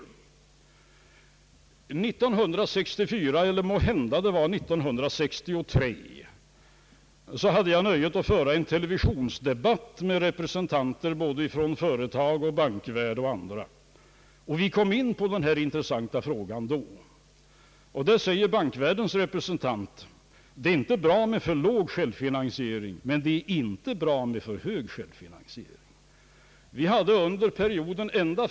År 1964 elier måhända 1963 hade jag möjlighet att föra en televisionsdebatt med representanter för företag, bankvärld och andra intressenter på detta område, och vi kom då in på denna intressanta fråga. Därvid framhöll bankvärldens representant att det inte är bra med en för låg självfinansiering men att det inte heller var bra med en för hög sådan.